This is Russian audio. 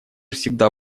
всегда